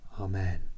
amen